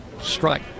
Strike